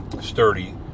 sturdy